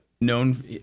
known